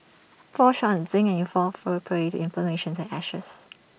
fall short on zinc and you'll fall for prey to inflammation and ashes